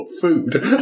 food